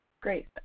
Great